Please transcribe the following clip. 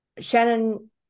Shannon